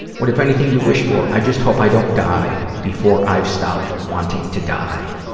what, if anything, do you wish for? i just hope i don't die before i've stopped wanting to die.